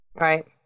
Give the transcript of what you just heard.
Right